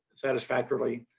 satisfactorily.